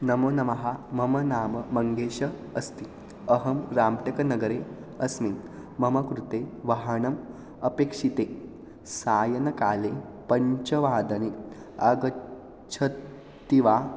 नमो नमः मम नाम मङ्गेशः अस्ति अहं राम्टेकनगरे अस्मि मम कृते वानम्म् अपेक्ष्यते सायङ्काले पञ्चवादने आगच्छति वा